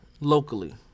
locally